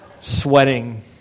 sweating